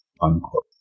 unquote